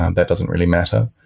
and that doesn't really matter.